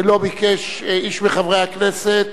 ולא ביקש איש מחברי הכנסת